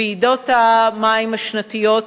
ועידות המים השנתיות,